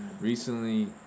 recently